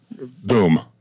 Boom